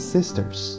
Sisters